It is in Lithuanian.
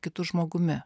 kitu žmogumi